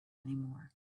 anymore